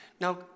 Now